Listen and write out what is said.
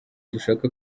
dushaka